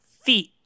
Feet